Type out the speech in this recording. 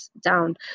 down